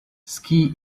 ski